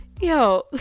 yo